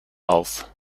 auf